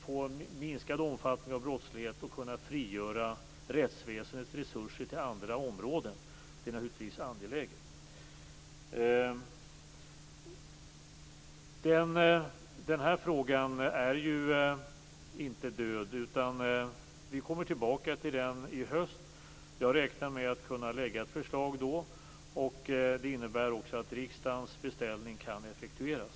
Vi kunde då få en minskad brottslighet och frigöra rättsväsendets resurser till andra områden, vilket naturligtvis är angeläget. Den här frågan är inte död. Vi kommer tillbaka till den i höst, då jag räknar med att kunna lägga fram ett förslag. Det innebär också att riksdagens beställning kan effektueras.